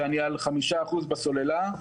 שאני על 5% בסוללה,